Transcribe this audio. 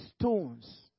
stones